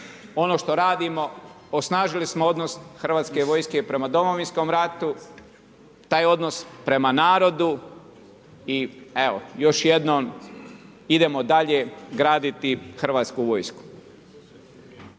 Ono što radimo, osnažili smo odnos hrvatske vojske prema Domovinskom ratu, taj odnos prema narodu i evo, još jednom ,idemo dalje graditi hrvatsku vojsku.